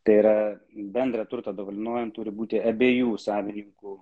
tai yra bendrą turtą dominuojant turi būti abiejų savininkų